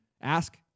Ask